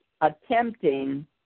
attempting